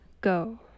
go